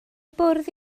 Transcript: bwrdd